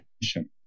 mission